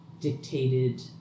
dictated